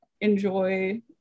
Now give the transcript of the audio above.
enjoy